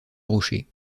rocher